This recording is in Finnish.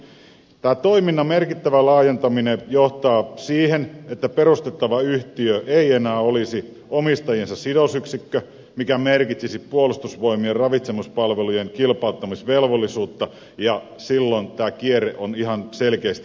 tämä toiminnan merkittävä laajentaminen johtaa siihen että perustettava yhtiö ei enää olisi omistajiensa sidosyksikkö mikä merkitsisi puolustusvoimien ravitsemuspalvelujen kilpailuttamisvelvollisuutta ja silloin tämä kierre on ihan selkeästikin valmis